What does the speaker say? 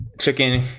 chicken